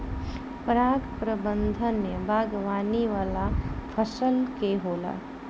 पराग प्रबंधन बागवानी वाला फसल के होला